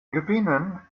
gewinnen